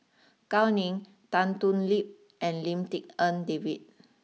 Gao Ning Tan Thoon Lip and Lim Tik En David